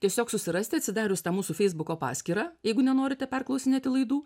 tiesiog susirasti atsidarius tą mūsų feisbuko paskyrą jeigu nenorite perklausinėti laidų